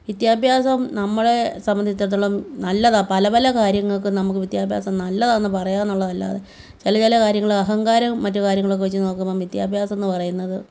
വിദ്യാഭ്യാസം നമ്മളെ സംബന്ധിച്ചിടത്തോളം നല്ലതാണ് പല പല കാര്യങ്ങൾക്കും നമുക്ക് വിദ്യാഭ്യാസം നല്ലതാണ് പറയാമെന്നുള്ളതല്ലാതെ ചില ചില കാര്യങ്ങൾ അഹങ്കാരം മറ്റു കാര്യങ്ങളൊക്കെ വച്ച് നോക്കുമ്പം വിദ്യാഭ്യാസം എന്നു പറയുന്നത്